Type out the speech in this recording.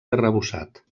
arrebossat